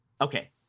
Okay